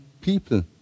people